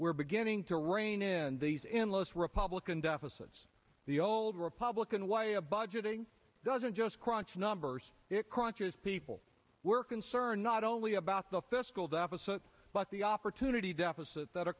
we're beginning to rein in these in los republican deficits the old republican why a budgeting doesn't just crunch numbers it crushes people we're concerned not only about the fiscal deficit but the opportunity deficit that